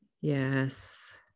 yes